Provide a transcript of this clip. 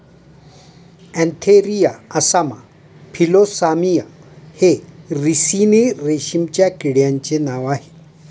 Antheraea assama Philosamia हे ricini रेशीमच्या किड्यांचे नाव आह